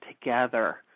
together